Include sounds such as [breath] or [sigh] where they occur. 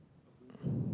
[breath]